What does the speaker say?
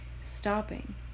stopping